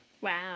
Wow